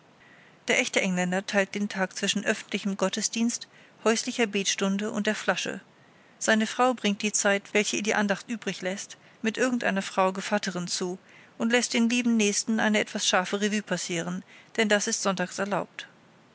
der echte engländer teilt den tag zwischen öffentlichem gottesdienst häuslicher betstunde und der flasche seine frau bringt die zeit welche ihr die andacht übrig läßt mit irgendeiner frau gevatterin zu und läßt den lieben nächsten eine etwas scharfe revue passieren denn das ist sonntags erlaubt